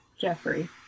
Jeffrey